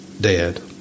dead